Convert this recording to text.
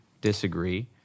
disagree